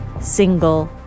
single